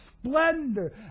splendor